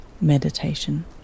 meditation